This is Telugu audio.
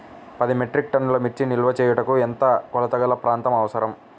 పది మెట్రిక్ టన్నుల మిర్చి నిల్వ చేయుటకు ఎంత కోలతగల ప్రాంతం అవసరం?